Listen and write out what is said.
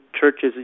churches